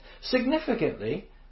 Significantly